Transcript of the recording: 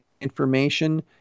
information